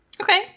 Okay